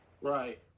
Right